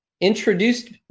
introduced